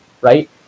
right